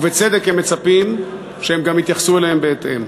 ובצדק הם מצפים שהם גם יתייחסו אליהם בהתאם.